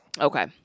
okay